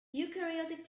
eukaryotic